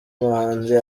muhanzi